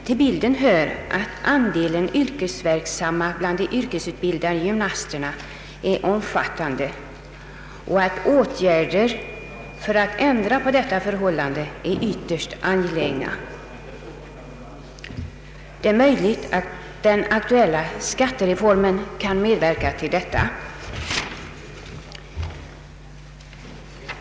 Till bilden hör att avgången av yrkesverksamma bland de yrkesutbildade gymnasterna är omfattande och att åtgärder för att ändra på detta förhållande är ytterst angelägna. Det är möjligt att den aktuella skattereformen kan medverka till detta.